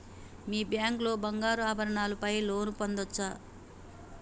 మీ bank లో బంగారు ఆభరణాల పై లోన్ పొందచ్చా?